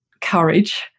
courage